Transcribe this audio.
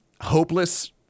hopeless